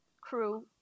crew